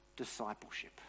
discipleship